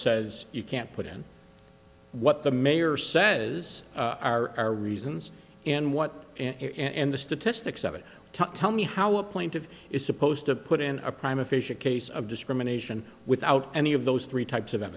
says you can't put in what the mayor says are our reasons and what and the statistics of it tell me how a point of is supposed to put in a prime efficient case of discrimination without any of those three types of